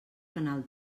canal